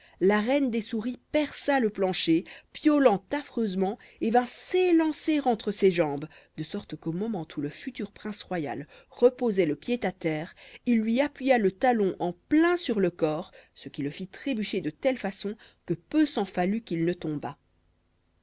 la reine des souris perça le plancher piaulant affreusement et vint s'élancer entre ses jambes de sorte qu'au moment où le futur prince royal reposait le pied à terre il lui appuya le talon en plein sur le corps ce qui le fit trébucher de telle façon que peu s'en fallut qu'il ne tombât